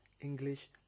English